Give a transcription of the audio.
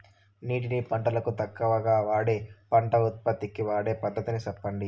నీటిని పంటలకు తక్కువగా వాడే పంట ఉత్పత్తికి వాడే పద్ధతిని సెప్పండి?